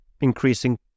increasing